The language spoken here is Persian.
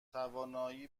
توانایی